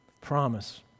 promise